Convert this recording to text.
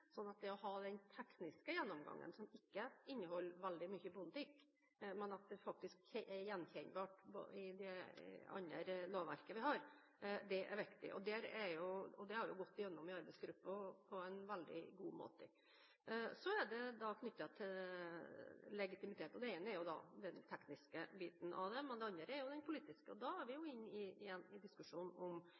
det å ha den tekniske gjennomgangen, som ikke inneholder veldig mye politikk, og at det faktisk er gjenkjennbart i det andre lovverket vi har, er viktig. Det har gått igjennom i arbeidsgruppen på en veldig god måte. Så til det som er knyttet til legitimitet. Det ene er den tekniske biten av det; det andre er den politiske. Da er vi igjen inne i en diskusjon om